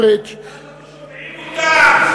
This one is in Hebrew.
פריג' למה לא שמעתם אותם?